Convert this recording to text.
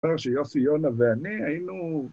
‫הדבר שיוסי, יונה ואני היינו